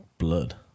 blood